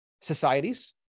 societies